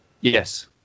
yes